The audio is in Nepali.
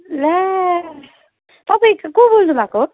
ला तपाईँ को बोल्नु भएको